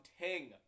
ting